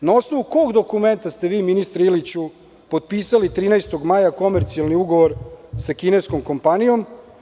Na osnovu kog dokumenta ste vi, ministre Iliću, potpisali 13. maja komercijalni ugovor sa kineskom kompanijom?